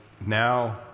now